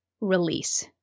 release